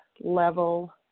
level